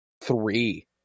three